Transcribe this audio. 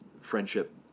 friendship